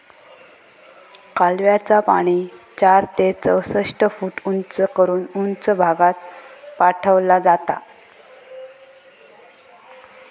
कालव्याचा पाणी चार ते चौसष्ट फूट उंच करून उंच भागात पाठवला जाता